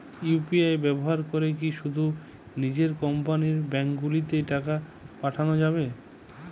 UPI ব্যবহার করে কি শুধু নিজের কোম্পানীর ব্যাংকগুলিতেই টাকা পাঠানো যাবে?